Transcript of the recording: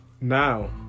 Now